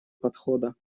подхода